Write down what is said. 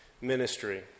ministry